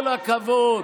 כל הכבוד.